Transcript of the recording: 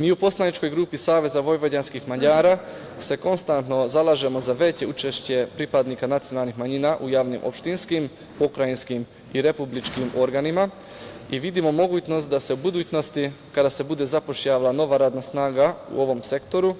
Mi u poslaničkoj grupi SVM se konstantno zalažemo za veće učešće pripadnika nacionalnih manjina u javnim, opštinskim, pokrajinskim i republičkim organima, i vidimo mogućnost da se u budućnosti kada se bude zapošljavala nova radna snaga u ovom sektoru